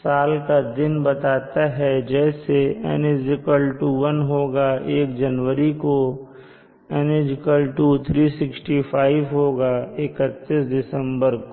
साल का दिन बताता है जैसे N1 होगा 1 जनवरी को और N365 होगा 31 दिसंबर को